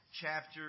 chapter